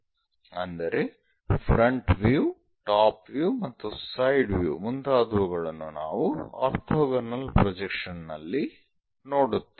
ಅಂದರೆ front view top view ಮತ್ತು side view ಮುಂತಾದವುಗಳನ್ನು ನಾವು ಆರ್ಥೋಗೋನಲ್ ಪ್ರೊಜೆಕ್ಷನ್ ನಲ್ಲಿ ನೋಡುತ್ತೇವೆ